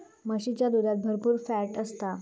म्हशीच्या दुधात भरपुर फॅट असता